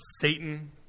Satan